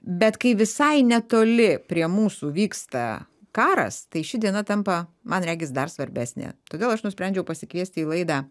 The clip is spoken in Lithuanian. bet kai visai netoli prie mūsų vyksta karas tai ši diena tampa man regis dar svarbesnė todėl aš nusprendžiau pasikviesti į laidą